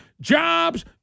jobs